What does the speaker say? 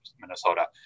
Minnesota